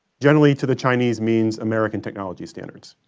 generally to the chinese means american technology standards.